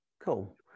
Cool